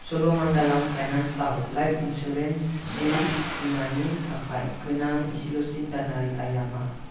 च'लामन्डलाम finance आव life insurance जिउ बीमानि थाखाय गोनां इसेल'सिन दानारि आइया मा